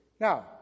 Now